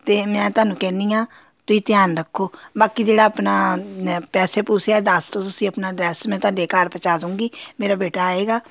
ਅਤੇ ਮੈਂ ਤੁਹਾਨੂੰ ਕਹਿੰਦੀ ਹਾਂ ਤੁਸੀਂ ਧਿਆਨ ਰੱਖੋ ਬਾਕੀ ਜਿਹੜਾ ਆਪਣਾ ਪੈਸੇ ਪੂਸੇ ਆ ਦੱਸ ਦਓ ਤੁਸੀਂ ਆਪਣਾ ਐਡਰੈਸ ਮੈਂ ਤੁਹਾਡੇ ਘਰ ਪਹੁੰਚਾ ਦੂੰਗੀ ਮੇਰਾ ਬੇਟਾ ਆਏਗਾ